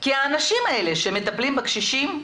כי האנשים האלה שמטפלים בקשישים,